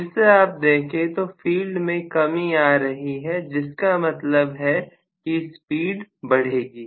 फिर से आप देखें तो फील्ड में कमी आ रही है जिसका मतलब है कि भीड़ बढ़ेगी